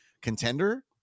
contender